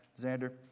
Xander